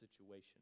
situation